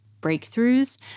breakthroughs